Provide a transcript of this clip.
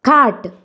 खाट